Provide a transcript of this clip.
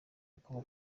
akaba